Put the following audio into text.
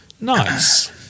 Nice